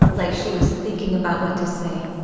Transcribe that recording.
like she was thinking about what to say.